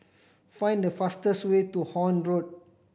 find the fastest way to Horne Road